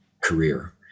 career